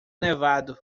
nevado